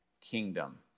kingdom